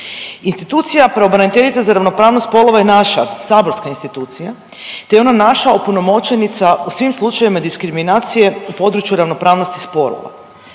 Institucija pravobranitelje za ravnopravnost spolova je naša saborska institucija te je ona naša opunomoćenica u svim slučajeva diskriminacije u području ravnopravnosti spolova.